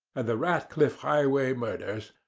and the ratcliff highway murders,